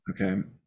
Okay